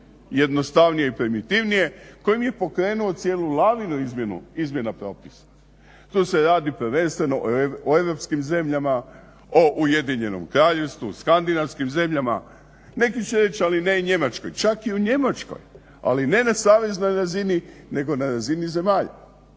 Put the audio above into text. jednostavnije i primitivnije, koje nije pokrenuo cijelu lavinu izmjena propisa. Tu se radi prvenstveno o europskim zemljama, o Ujedinjenom Kraljevstvu, skandinavskim zemljama. Neki će reći ali ne i Njemačkoj. Čak i u Njemačkoj, ali ne na saveznoj razini nego na razini zemalja.